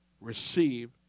receive